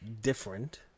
different